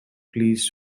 pleas